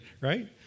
right